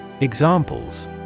Examples